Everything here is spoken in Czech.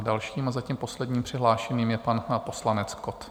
Dalším a zatím posledním přihlášeným je pan poslanec Kott.